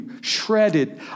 shredded